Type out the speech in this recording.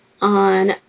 on